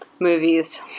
Movies